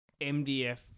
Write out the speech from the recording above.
MDF